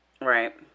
Right